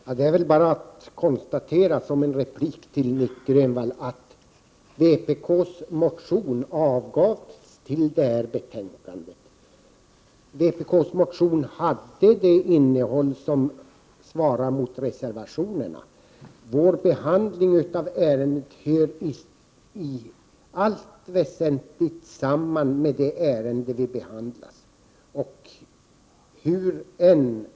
Herr talman! Det är bara att konstatera, som en replik till Nic Grönvall, att vpk:s motion avgavs med anledning av den proposition som behandlas i detta betänkande. Vpk:s motion har det innehåll som svarar mot reservationerna. Vår behandling av ärendet hör i allt väsentligt samman med det ärende som behandlas.